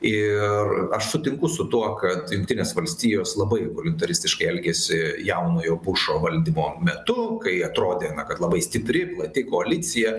ir aš sutinku su tuo kad jungtinės valstijos labai voliuntaristiškai elgiasi jaunojo bušo valdymo metu kai atrodė na kad labai stipri plati koalicija